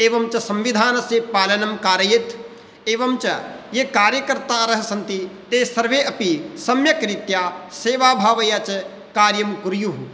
एवञ्च संविधानस्य पालनं कारयेत् एवञ्च ये कार्यकर्तारः सन्ति ते सर्वे अपि सम्यक् रीत्या सेवाभावया च कार्यं कुर्युः